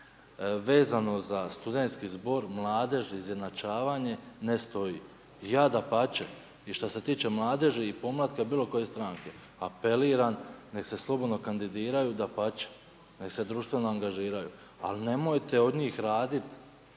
vezano za studentski zbor mladeži izjednačavanje ne stoji. Ja dapače i što se tiče mladeži i podmlatka bilo koje stranke apeliram neka se slobodno kandidiraju, dapače neka se društveno angažiraju. Ali nemojte od njih raditi